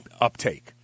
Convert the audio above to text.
uptake